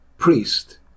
priest